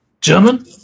German